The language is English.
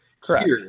Correct